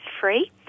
free